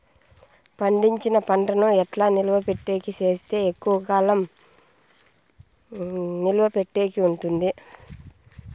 పండించిన పంట ను ఎట్లా నిలువ పెట్టేకి సేస్తే ఎక్కువగా కాలం నిలువ పెట్టేకి ఉంటుంది?